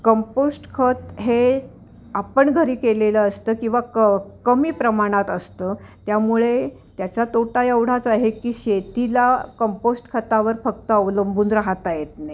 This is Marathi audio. कंपोस्ट खत हे आपण घरी केलेलं असतं किंवा क कमी प्रमाणात असतं त्यामुळे त्याचा तोटा एवढाच आहे की शेतीला कंपोस्ट खतावर फक्त अवलंबून राहता येत नाही